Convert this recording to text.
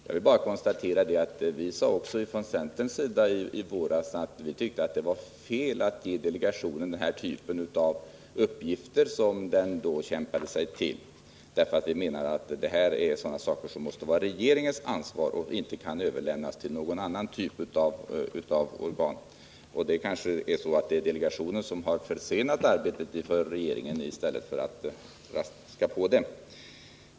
Jag vill bara konstatera att vi från centerns sida sade i våras att vi tyckte att det var fel att ge delegationen den här typen av uppgifter. Vi menar att regeringen måste ha ansvar för sådana saker och att de inte kan överlämnas till någon annan typ av organ. Det kanske är delegationen som har försenat arbetet för regeringen i stället för att påskynda det.